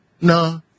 No